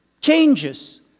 changes